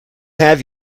have